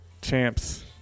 champs